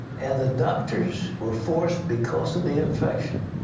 and the doctors were forced, because of the infection,